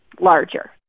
larger